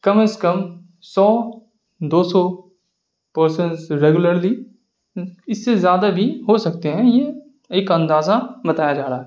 کم از کم سو دو سو پرسنس ریگولری اس سے زیادہ بھی ہو سکتے ہیں یہ ایک اندازہ بتایا جا رہا ہے